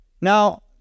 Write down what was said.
Now